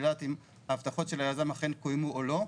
לדעת אם ההבטחות של היזם אכן קוימו או לא.